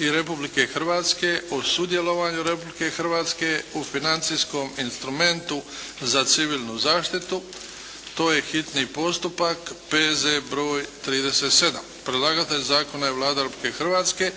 i Republike Hrvatske o sudjelovanju Republike Hrvatske u "Financijskom instrumentu za civilnu zaštitu", s Konačnim prijedlogom zakona, hitni postupak, prvo i drugo čitanje, P.Z. BR. 37. Predlagatelj Zakona je Vlada Republike Hrvatske.